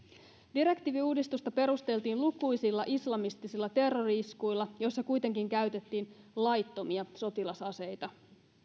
direktiiviuudistusta perusteltiin lukuisilla islamistisilla terrori iskuilla joissa kuitenkin käytettiin laittomia sotilasaseita